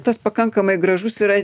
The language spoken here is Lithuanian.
tas pakankamai gražus yra